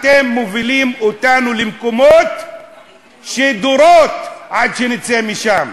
אתם מובילים אותנו למקומות שדורות עד שנצא משם.